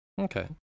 Okay